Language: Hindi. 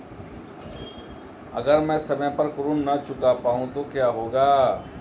अगर म ैं समय पर ऋण न चुका पाउँ तो क्या होगा?